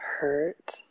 hurt